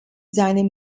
seinem